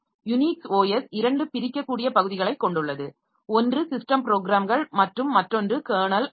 Unix OS இரண்டு பிரிக்கக்கூடிய பகுதிகளைக் கொண்டுள்ளது ஒன்று ஸிஸ்டம் ப்ரோக்ராம்கள் மற்றும் மற்றொன்று கெர்னல்ஆகும்